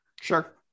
Sure